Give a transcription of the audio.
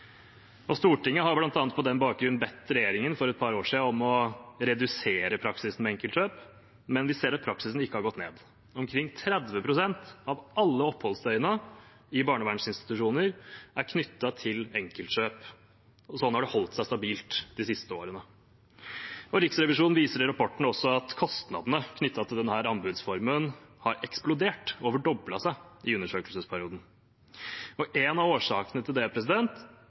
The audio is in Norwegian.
Stortinget har bl.a. på den bakgrunn for et par år siden bedt regjeringen om å redusere praksisen med enkeltkjøp, men vi ser at praksisen ikke har gått ned. Omkring 30 pst. av alle oppholdsdøgnene i barnevernsinstitusjoner er knyttet til enkeltkjøp, og sånn har det holdt seg – stabilt – de siste årene. Riksrevisjonen viser i rapporten også at kostnadene knyttet til denne anbudsformen har eksplodert, mer enn doblet seg, i undersøkelsesperioden. En av årsakene til det